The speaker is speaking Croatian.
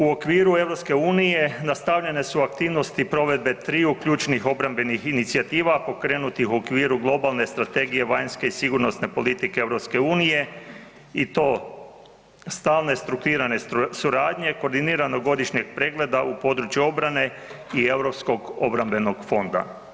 U okviru EU nastavljene su aktivnosti provedbe triju ključnih obrambenih inicijativa pokrenutih u okviru globalne strategije vanjske i sigurnosne politike EU i to stalne strukturirane suradnje, koordiniranog godišnjeg pregleda u području obrane i europskog obrambenog fonda.